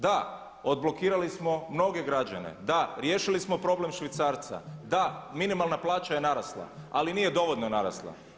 Da, odblokirali smo mnoge građane, da riješili smo problem švicarca, da, minimalna plaća je narasla ali nije dovoljno narasla.